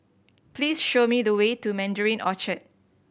please show me the way to Mandarin Orchard